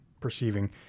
perceiving